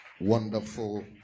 Wonderful